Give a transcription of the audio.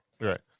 Right